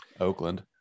Oakland